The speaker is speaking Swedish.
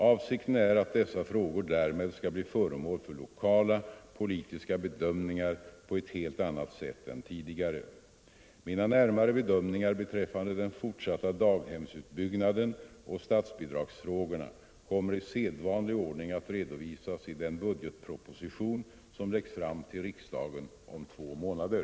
Avsikten är att dessa frågor därmed skall bli föremål för lokala — nad, m.m. politiska bedömningar på ett helt annat sätt än hittills. Mina närmare bedömningar beträffande den fortsatta daghemsutbyggnaden och statsbidragsfrågorna kommer i sedvanlig ordning att redovisas i den budgetproposition som läggs fram till riksdagen om två månader.